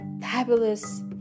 fabulous